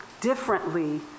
differently